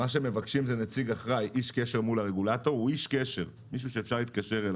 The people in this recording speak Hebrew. מה שמבקשים זה נציג אחראי, איש קשר מול